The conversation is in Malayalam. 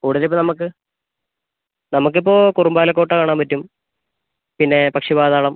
ഉടനെ ഇപ്പോൾ നമുക്ക് നമുക്ക് ഇപ്പോൾ കുറുമ്പാലക്കോട്ട കാണാൻ പറ്റും പിന്നെ പക്ഷിപാതാളം